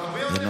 אינו